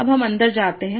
अब हम अंदर जाते हैं